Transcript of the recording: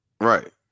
Right